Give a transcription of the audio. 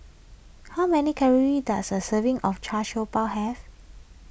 how many calories does a serving of Char Siew Bao have